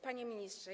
Panie Ministrze!